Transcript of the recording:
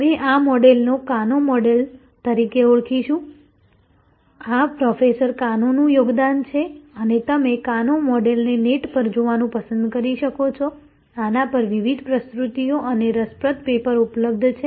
અમે આ મૉડલને કાનો મૉડલ તરીકે ઓળખાવીશું આ પ્રોફેસર કાનોનું યોગદાન છે અને તમે કાનો મૉડલ ને નેટ પર જોવાનું પસંદ કરી શકો છો આના પર વિવિધ પ્રસ્તુતિઓ અને રસપ્રદ પેપર ઉપલબ્ધ છે